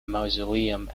mausoleum